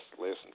listen